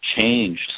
changed